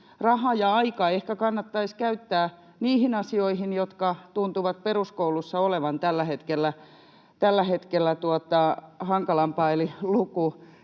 raha ja aika ehkä kannattaisi käyttää niihin asioihin, jotka tuntuvat peruskoulussa olevan tällä hetkellä hankalampaa,